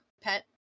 pet